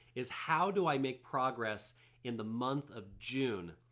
is how do i make progress in the month of june?